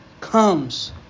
comes